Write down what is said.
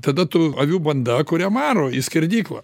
tada tu avių banda kurią varo į skerdyklą